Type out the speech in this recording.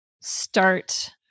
start